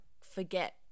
Forget